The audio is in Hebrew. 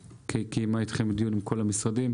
שקיימה דיון עם כל המשרדים.